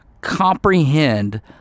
comprehend